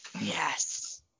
yes